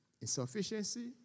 insufficiency